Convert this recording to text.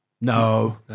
No